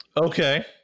Okay